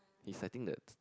he's I think the